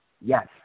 Yes